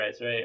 right